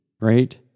right